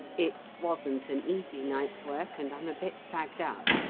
it wasn't an easy night's work, and i'm a bit fagged out.